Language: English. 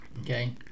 Okay